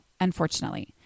unfortunately